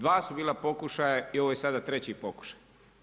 Dva su bila pokušaja i ovo je sada treći pokušaj.